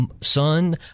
son